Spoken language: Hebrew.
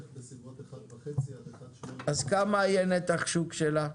בסביבות 1.5 עד 1.8 --- אז כמה יהיה נתח שוק שלה?